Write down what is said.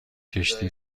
کشتی